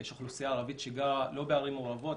יש אוכלוסייה ערבית שלא גרה בערים מעורבות,